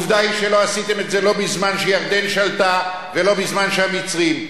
עובדה היא שלא עשיתם את זה לא בזמן שירדן שלטה ולא בזמן שהמצרים שלטו.